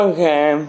Okay